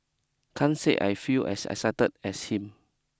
can't say I feel as excited as him